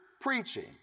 preaching